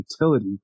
utility